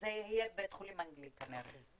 זה יהיה בבית החולים האנגלי כנראה.